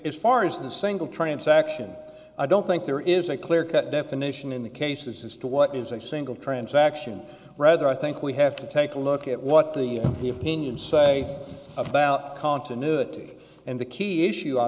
is far is the single transaction i don't think there is a clear cut definition in the cases as to what is a single transaction rather i think we have to take a look at what the the opinion say about continuity and the key issue i